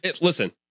listen